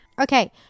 Okay